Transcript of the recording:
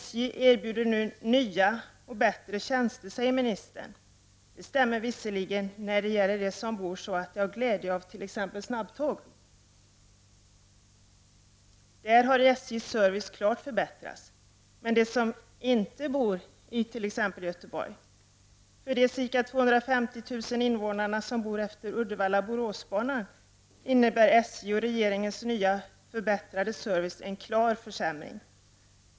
SJ erbjuder nu nya och bättre tjänster, säger ministern. Det stämmer visserligen för dem som bor så att de har glädje av t.ex. snabbtåg. För dem har SJ:s service medfört klara förbättringar. Men för de ca 250 000 invånarna längs Uddevalla-Borås-banan innebär SJ:s och regeringens nya och förbättrade service en klar försämring.